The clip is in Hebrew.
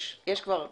יש כבר מסמך.